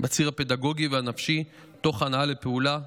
בציר הפדגוגי והנפשי תוך הנעה לפעולה,